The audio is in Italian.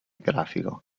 grafico